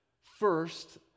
First